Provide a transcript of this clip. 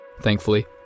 Thankfully